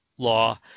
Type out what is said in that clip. law